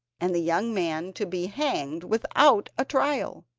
and the young man to be hanged without a trial.